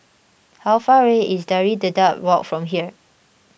how far away is Pari Dedap Walk from here